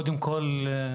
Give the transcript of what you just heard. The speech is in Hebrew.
קודם כל,